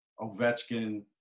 ovechkin